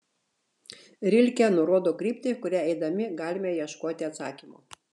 rilke nurodo kryptį kuria eidami galime ieškoti atsakymo